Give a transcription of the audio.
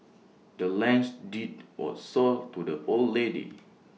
the land's deed was sold to the old lady